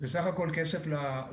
זה בסך הכול כסף לקופה.